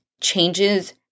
changes